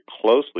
closely